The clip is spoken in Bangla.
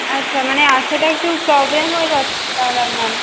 আচ্ছা মানে আসাটাই একটু প্রবলেম হয়ে যাচ্ছে তাহলে আপনার